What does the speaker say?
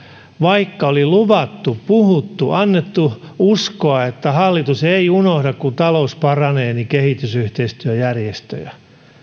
vaikka oli luvattu puhuttu annettu uskoa että hallitus ei unohda kun talous paranee kehitysyhteistyöjärjestöjä